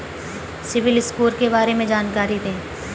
CIBIL score के बारे में जानकारी दें?